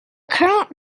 current